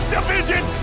Division